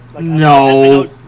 No